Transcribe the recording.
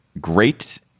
great